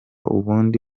ubundi